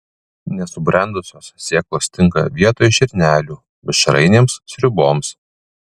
nesubrendusios sėklos tinka vietoj žirnelių mišrainėms sriuboms